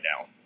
now